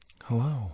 Hello